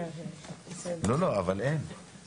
לוחמי אש חוו אירוע לבבי או אירוע מוחי.